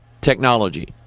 technology